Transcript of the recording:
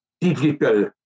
digital